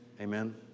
Amen